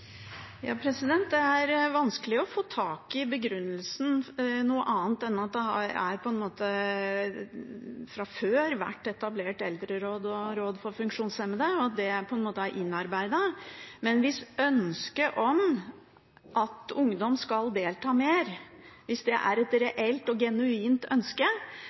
Det er vanskelig å få tak i begrunnelsen – annet enn at det fra før har vært etablert eldreråd og råd for funksjonshemmede, og at dette er innarbeidet. Men hvis ønsket om at ungdom skal delta mer, er et reelt og genuint ønske,